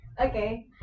Okay